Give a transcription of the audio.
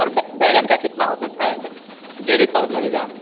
sir बे बैंगन का कितना हो सकता है डेढ़ ही सौ लगेगा